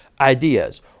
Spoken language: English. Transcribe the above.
ideas